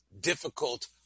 difficult